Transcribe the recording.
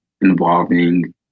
involving